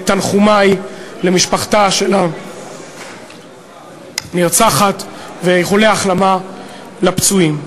את תנחומי למשפחתה של הנרצחת ואיחולי החלמה לפצועים.